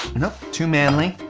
too manly.